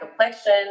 complexion